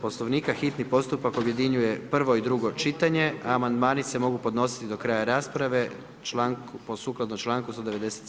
Poslovnika hitni postupak objedinjuje prvo i drugo čitanje, a amandmani se mogu podnositi do kraja rasprave sukladno čl. 197.